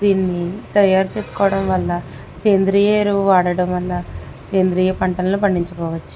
దీన్ని తయారు చేసుకోవడం వల్ల సేంద్రియ ఎరువులు వాడడం వల్ల సేంద్రియ పంటలను పండించుకోవచ్చు